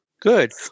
Good